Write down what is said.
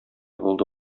булды